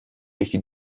یکی